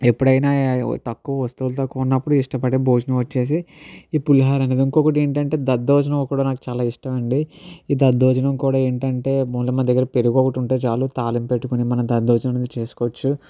ఎప్పుడైనా తక్కువ వస్తువులతో కూడినప్పుడు ఇష్టపడే భోజనం వచ్చేసి ఈ పులిహోర ఇంకొకటేంటంటే దద్దోజనం కూడా నాకు చాలా ఇష్టం అండి ఈ దద్దోజనం కూడా ఏంటంటే ముందు మన దగ్గర పెరుగు ఒకటి ఉంటే చాలు తాలింపు పెట్టుకొని మనం దద్దోజనం అనేది చేసుకోవచ్చు